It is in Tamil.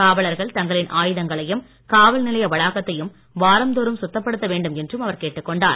காவலர்கள் தங்களின் ஆயுதங்களையும் காவல் நிலைய வளாகத்தையும் வாரந்தோறும் சுத்தப்படுத்த வேண்டும் என்றும் அவர் கேட்டுக் கொண்டார்